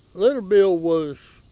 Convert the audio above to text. little bill was